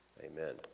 Amen